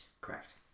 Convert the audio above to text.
Correct